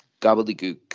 Gobbledygook